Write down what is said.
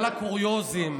לקוריוזים,